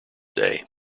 day